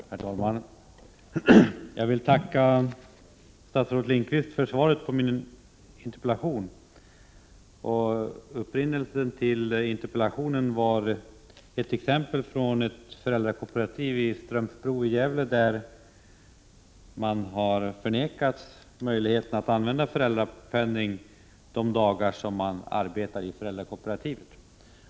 Herr talman! Jag vill tacka statsrådet Lindqvist för svaret på min interpellation. Upprinnelsen till interpellationen är ett föräldrakooperativ i Strömsbro i Gävle, där föräldrarna har förvägrats föräldrapenning de dagar som de arbetar i föräldrakooperativet.